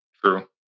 True